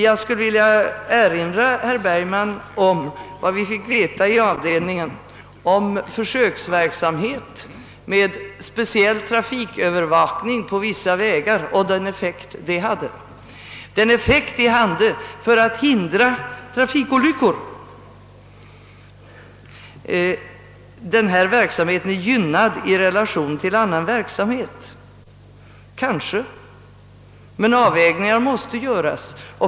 Jag vill erinra herr Bergman om vad vi fick veta i avdelningen om försöksverksamhet med speciell trafikövervakning på vissa vägar och den effekt övervakningen hade för att hindra trafikolyckor. Denna verksamhet är gynnad i relation till annan verksamhet, sägs det. Kanske, men avvägningar måste göras.